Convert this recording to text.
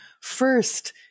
First